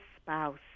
spouse